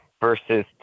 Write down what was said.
versus